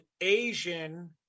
Asian